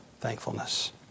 thankfulness